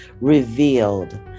Revealed